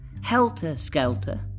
Helter-skelter